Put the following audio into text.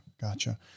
Gotcha